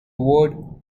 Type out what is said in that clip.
word